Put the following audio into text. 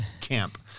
camp